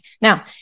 Now